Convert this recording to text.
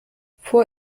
vor